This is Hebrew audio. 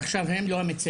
ועכשיו לא המציעים?